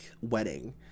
wedding